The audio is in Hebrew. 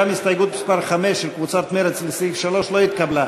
גם הסתייגות מס' 5 של קבוצת מרצ לסעיף 3 לא התקבלה.